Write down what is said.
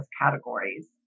categories